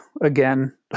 again